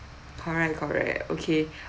correct correct okay